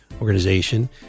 Organization